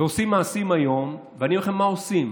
עושים מעשים היום, ואני אומר לכם מה עושים.